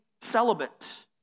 celibate